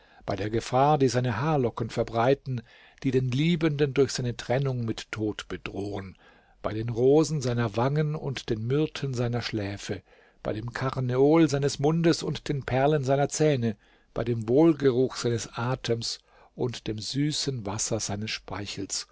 bei der gefahr die seine haarlocken verbreiten die den liebenden durch seine trennung mit tod bedrohen bei den rosen seiner wangen und den myrten seiner schläfe bei dem karneol seines mundes und den perlen seiner zähne bei dem wohlgeruch seines atems und dem süßen wasser seines speichels